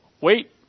Wait